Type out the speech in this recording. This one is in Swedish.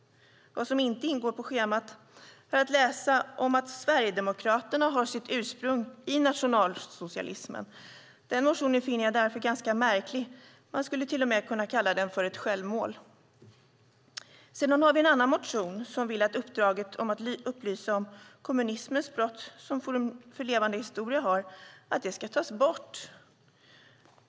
Vad som inte ingår på schemat är att läsa om att Sverigedemokraterna har sitt ursprung i nationalsocialismen. Den motionen finner jag därför ganska märklig - man skulle till och med kunna kalla den ett självmål. Sedan har vi en annan motion som vill att uppdraget om att upplysa om kommunismens brott, som Forum för levande historia har, ska tas bort.